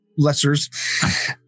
lessers